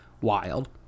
Wild